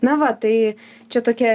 na va tai čia tokia